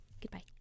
goodbye